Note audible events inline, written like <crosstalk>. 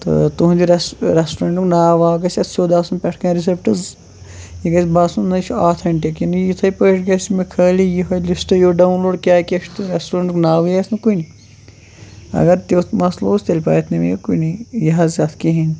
تہٕ تُہٕنٛدِ <unintelligible> رٮ۪سٹورنٛٹُک ناو واو گژھِ اَتھ سیوٚد آسُن پٮ۪ٹھ کَنہِ رِسپٮ۪ٹٕز یہِ گژھِ باسُن نَہ یہِ چھِ آتھٮ۪نٛٹِک یہِ نہٕ یِتھَے پٲٹھۍ گژھِ مےٚ خٲلی یِہوٚے لِسٹَے یوت ڈاوُن لوڈ کیٛاہ کیٛاہ چھِ تہٕ رٮ۪سٹورنٛٹُک ناوٕے آسہِ نہٕ کُنہِ اگر تیُتھ مسلہٕ اوس تیٚلہِ پاتھِ نہٕ مےٚ یہِ کُنی یہِ حظ اَتھ کِہیٖنۍ